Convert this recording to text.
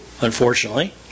unfortunately